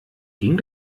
ging